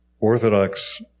Orthodox